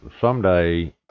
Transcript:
someday